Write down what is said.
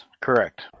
correct